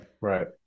right